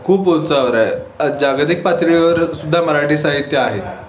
खूप उंचावर आहे आज जागतिक पातळीवर सुद्धा मराठी साहित्य आहे